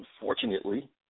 unfortunately